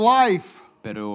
life